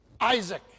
Isaac